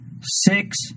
Six